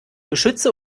beschütze